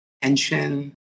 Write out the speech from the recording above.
tension